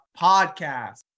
podcast